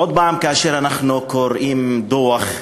עוד הפעם, כאשר אנחנו קוראים דוח,